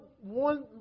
one